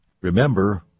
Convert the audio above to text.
Remember